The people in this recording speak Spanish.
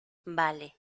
vale